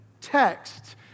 text